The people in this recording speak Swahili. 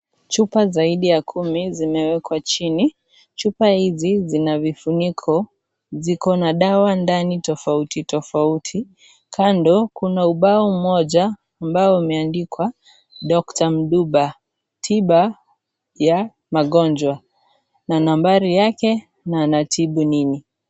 Chupa zaidi ya kumi zimewekwa chini. Chupa hizi zina vifuniko. Ziko na dawa ndani tofauti tofauti. Kando kuna ubao mmoja ambao umeandikwa Dr. Mduba, tiba ya magonjwa na nambari yake na anatibu nini.